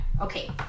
Okay